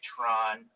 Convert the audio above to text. Tron